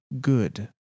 good